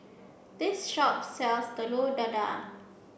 this shop sells Telur Dadah